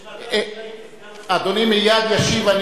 בשנתיים שהייתי סגן שר, אדוני מייד ישיב.